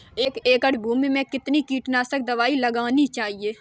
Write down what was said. एक एकड़ भूमि में कितनी कीटनाशक दबाई लगानी चाहिए?